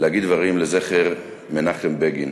להגיד דברים לזכר מנחם בגין.